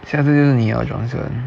下次是你 liao johnson